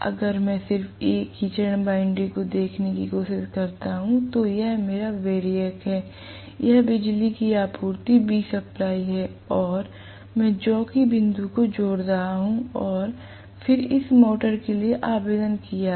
अगर मैं सिर्फ एक ही चरण वाइंडिंग को देखने की कोशिश करता हूं तो यह मेरा वैरियक है यह बिजली की आपूर्ति Vsupply है और मैं जॉकी बिंदु को जोड़ रहा हूं और फिर इस मोटर के लिए आवेदन किया है